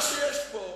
מה שיש פה,